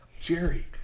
Jerry